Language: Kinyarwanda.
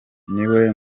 niwe